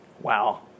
Wow